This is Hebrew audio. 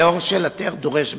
לאור שאלתך, דורש בדיקה.